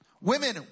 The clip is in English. Women